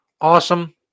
Awesome